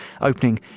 opening